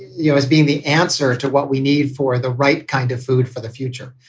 you know, as being the answer to what we need for the right kind of food for the future.